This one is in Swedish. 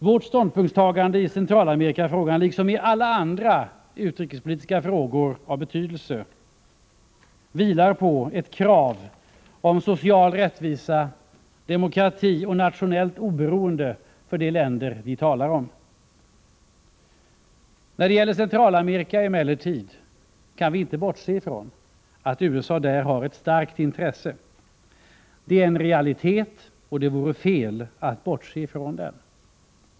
Vårt ståndpunktstagande i Centralamerikafrågan, liksom i alla andra utrikespolitiska frågor av betydelse, vilar på ett krav om social rättvisa, demokrati och nationellt oberoende för de länder vi talar om. När det gäller Centralamerika kan vi emellertid inte bortse från att USA där har ett starkt intresse. Det är en realitet, och det vore fel att bortse från den.